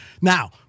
Now